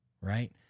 right